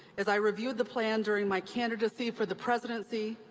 as i reviewed the plan during my candidacy for the presidency,